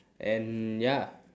and ya